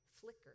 flickered